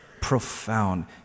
Profound